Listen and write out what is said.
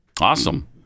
Awesome